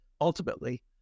ultimately